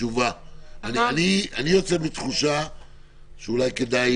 אני יוצא בתחושה שאולי כדאי